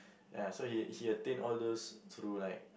ya so he he attained all those through like